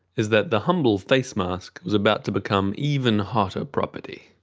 is that the humble facemask was about to become even hotter property.